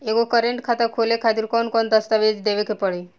एगो करेंट खाता खोले खातिर कौन कौन दस्तावेज़ देवे के पड़ी?